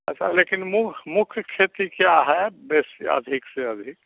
अच्छा लेकिन मुँह मुख्य खेती क्या है बेसी अधिक से अधिक